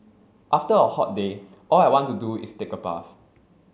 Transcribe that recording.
after a hot day all I want to do is take a bath